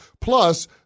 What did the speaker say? Plus